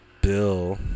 Bill